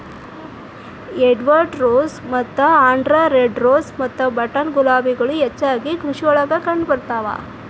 Edward rose ಮತ್ತ Andhra red rose ಮತ್ತ button ಗುಲಾಬಿಗಳು ಹೆಚ್ಚಾಗಿ ಕೃಷಿಯೊಳಗ ಕಂಡಬರ್ತಾವ